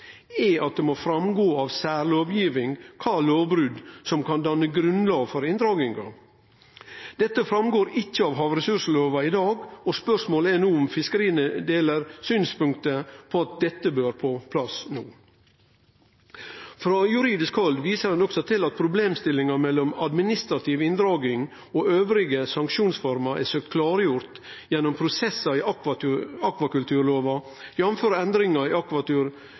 er at det må gå fram av særlovgiving kva lovbrot som kan danne grunnlag for inndraging. Dette går ikkje fram av havressurslova i dag, og spørsmålet er om fiskeriministeren deler synspunktet om at dette bør på plass no. Frå juridisk hald viser ein også til at problemstillingane omkring administrativ inndraging og andre sanksjonsformer er søkte klargjorde gjennom prosessar i akvakulturlova, jf. endringane i akvakulturlova som tredde i